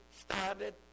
started